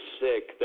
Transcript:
sick